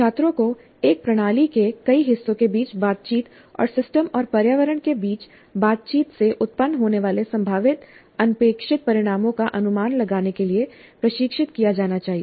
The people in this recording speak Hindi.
छात्रों को एक प्रणाली के कई हिस्सों के बीच बातचीत और सिस्टम और पर्यावरण के बीच बातचीत से उत्पन्न होने वाले संभावित अनपेक्षित परिणामों का अनुमान लगाने के लिए प्रशिक्षित किया जाना चाहिए